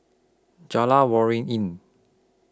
Jalan Waringin